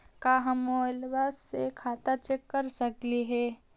का हम मोबाईल से खाता चेक कर सकली हे?